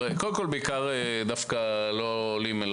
דווקא לא לעולים,